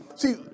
See